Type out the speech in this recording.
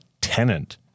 tenant